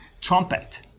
trumpet